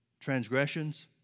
transgressions